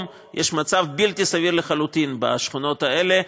יש מצב בלתי סביר לחלוטין בשכונות האלה,